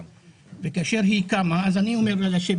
אז כשהיא קמה אז אני אומר לה לשבת.